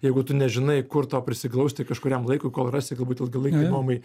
jeigu tu nežinai kur tau prisiglausti kažkuriam laikui kol rasi galbūt ilgalaikei nuomai